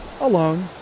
alone